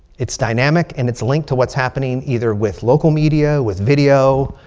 it's dynamic. and it's linked to what's happening either with local media, with video,